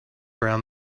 around